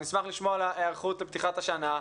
נשמח לשמוע על ההיערכות לפתיחת השנה,